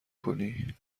کنی